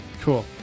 Cool